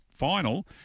final